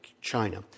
China